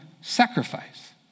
sacrifice